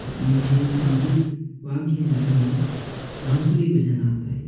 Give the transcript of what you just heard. मुझे संगीत वाद्ययंत्र में बांसुरी बजाना आता है